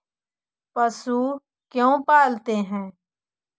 पशु क्यों पालते हैं?